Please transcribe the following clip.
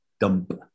dump